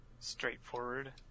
straightforward